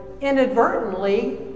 inadvertently